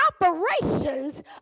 operations